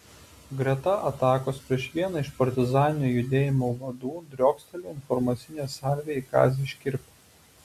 greta atakos prieš vieną iš partizaninio judėjimo vadų driokstelėjo informacinė salvė į kazį škirpą